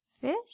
fish